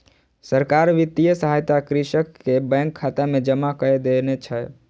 सरकार वित्तीय सहायता कृषक के बैंक खाता में जमा कय देने छै